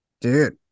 Dude